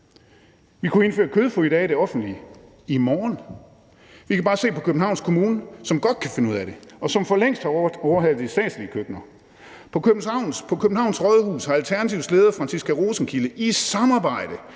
Vi kunne indføre kødfrie dage i det offentlige i morgen. Vi kan bare se på Københavns Kommune, som godt kan finde ud af det, og som for længst har overhalet de statslige køkkener. På Københavns Rådhus har Alternativets leder, Franciska Rosenkilde, i samarbejde